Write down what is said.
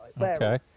Okay